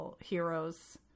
heroes